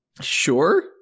Sure